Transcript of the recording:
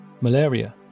Malaria